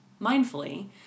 mindfully